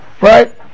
Right